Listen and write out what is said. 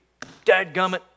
dadgummit